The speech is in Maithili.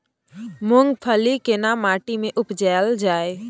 मूंगफली केना माटी में उपजायल जाय?